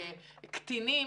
ולגבי קטינים: